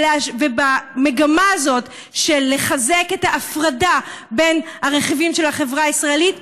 ובמגמה הזאת של לחזק את ההפרדה בין הרכיבים של החברה הישראלית,